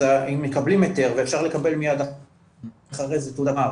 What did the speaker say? אז הם מקבלים היתר ואפשר לקבל מיד אחרי זה תעודת הגמר